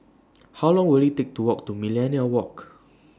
How Long Will IT Take to Walk to Millenia Walk